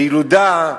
בילודה,